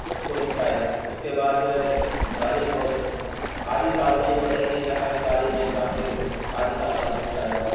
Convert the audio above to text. اس کو نپٹایا اس کے بعد جو ہے پھر کالج پہنچے آدھی سال تو یہ پتہ ہی نہیں رہا کہ کالج میں اکزام بھی ہوتے ہیں آدھی سال بعد ہوش آیا